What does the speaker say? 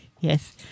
Yes